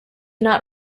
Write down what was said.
not